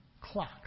clock